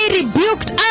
rebuked